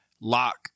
lock